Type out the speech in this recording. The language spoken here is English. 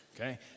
Okay